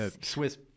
Swiss